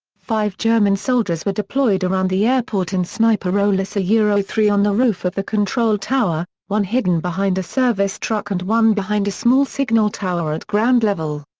five german soldiers were deployed around the airport in sniper roles ah yeah three on the roof of the control tower, one hidden behind a service truck and one behind a small signal tower at ground level.